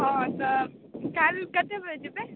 हॅं तऽ काल्हि कते बजे जेबै